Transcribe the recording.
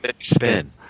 spin